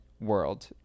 world